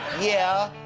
yeah,